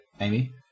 Amy